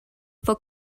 for